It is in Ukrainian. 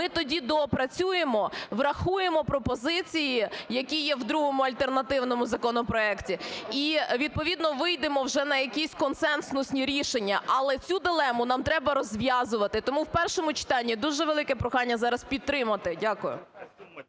ми тоді доопрацюємо, врахуємо пропозиції, які є в другому, альтернативному, законопроекті і відповідно вийдемо вже на якісь консенсусні рішення. Але цю дилему нам треба розв'язувати. Тому в першому читанні дуже велике прохання зараз підтримати. Дякую.